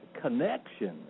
connection